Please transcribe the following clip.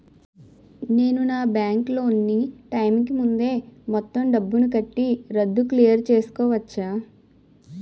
నేను నా bank loan నీ టైం కీ ముందే మొత్తం డబ్బుని కట్టి రద్దు క్లియర్ చేసుకోవచ్చా?